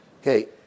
Okay